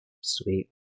sweet